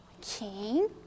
king